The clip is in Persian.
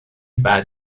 بعد